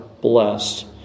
blessed